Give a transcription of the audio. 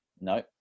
No